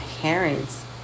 parents